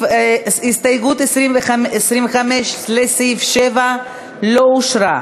הסתייגות 25 לסעיף 7 לא אושרה.